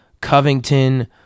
Covington